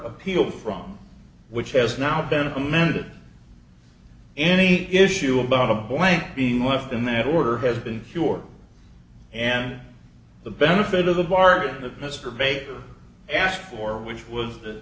appeal from which has now been amended any issue about a blank being left in that order has been cured and the benefit of the part of mr baker asked for which was that